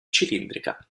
cilindrica